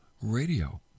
Radio